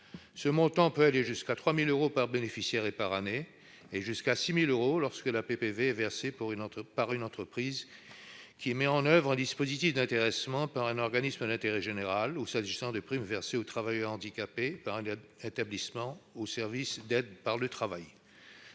Son montant peut aller jusqu'à 3 000 euros par bénéficiaire et par année, et jusqu'à 6 000 euros lorsque la PPV est versée par une entreprise qui met en oeuvre un dispositif d'intéressement, par un organisme d'intérêt général ou, s'agissant des primes versées aux travailleurs handicapés, par un établissement ou un service d'aide par le travail.